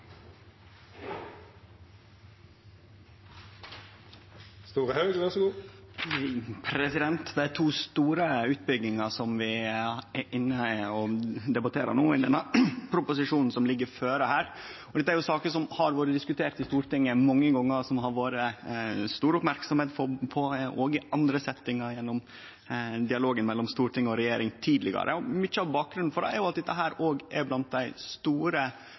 to store utbyggingar som vi no debatterer, i denne preposisjonen som ligg føre her. Dette er saker som har vore diskuterte i Stortinget mange gongar, og som det har vore stor merksemd rundt òg i andre settingar gjennom dialogen mellom storting og regjering tidlegare. Mykje av bakgrunnen for det er at dette er blant dei store